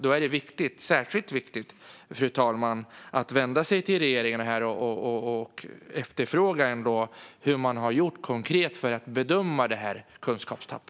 Då blir det särskilt viktigt att vända sig till regeringen och efterfråga hur man konkret har gjort för att bedöma detta kunskapstapp.